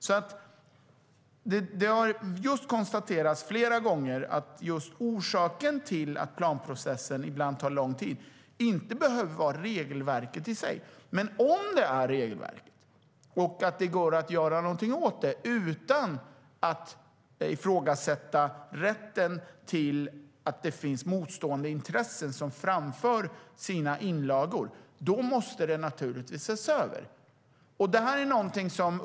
Det har flera gånger konstaterats att orsaken till att planprocessen ibland tar lång tid inte behöver vara regelverket i sig. Men om det beror på regelverket och det går att göra något åt det utan att ifrågasätta rätten för motstående intressen att framföra sina inlagor måste det givetvis ses över.